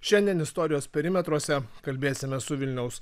šiandien istorijos perimetruose kalbėsime su vilniaus